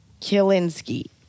Kilinski